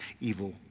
evil